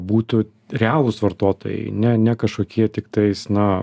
būtų realūs vartotojai ne ne kažkokie tiktais na